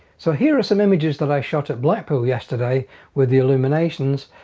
so here are some images that i shot at blackpool yesterday with the illuminations.